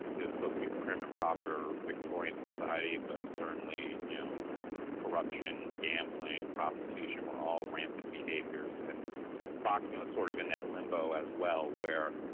it was supposed to get premium proper victorian society. but certainly you know corruption, gambling, prostitution were all rampant behaviors and boxing was sort of in that limbo as well where